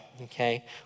okay